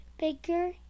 bigger